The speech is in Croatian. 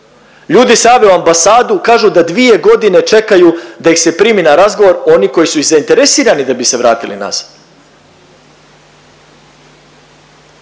razumije./… u ambasadu kažu da 2.g. čekaju da ih se primi na razgovor oni koji su zainteresirani da bi se vratili nazad.